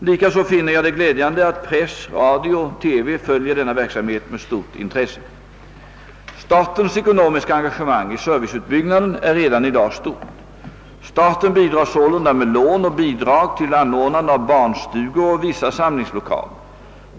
Likaså finner jag det glädjande att press, radio och TV följer denna verksamhet med stort intresse. Statens ekonomiska engagemang: i serviceutbyggnaden är redan i dag stort. Staten bidrar sålunda med lån och bidrag till anordnande av barnstugor och vissa samlingslokaler.